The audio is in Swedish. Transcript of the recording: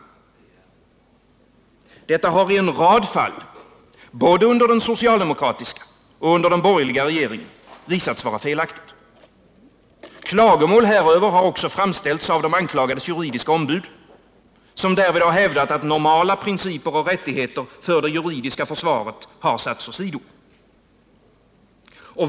Detta har i en rad fall både under den socialdemokratiska och under den borgerliga regeringen visats vara felaktigt. Klagomål häröver har framställts av de anklagades juridiska ombud, som hävdat att normala principer och rättigheter för det juridiska försvaret satts åsido.